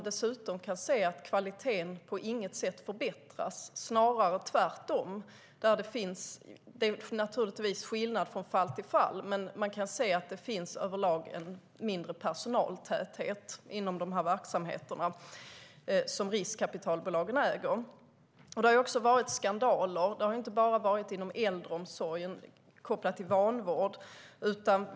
Dessutom kan vi se att kvaliteten på intet sätt har förbättrats, snarare tvärtom. Det är naturligtvis skillnad från fall till fall, men vi ser att det överlag är lägre personaltäthet i de verksamheter som riskkapitalbolagen driver. Det har också inträffat skandaler, och inte bara inom äldreomsorgen kopplat till vanvård.